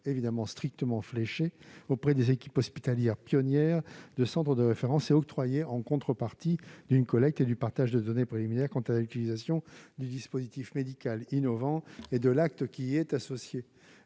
serait strictement fléché vers des équipes hospitalières pionnières de centres de référence, et octroyé en contrepartie d'une collecte et du partage des données préliminaires quant à l'utilisation du dispositif médical innovant et de l'acte qui y est associé.